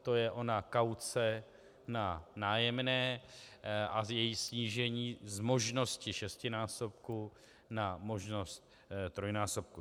To je ona kauce na nájemné a její snížení z možnosti šestinásobku na možnost trojnásobku.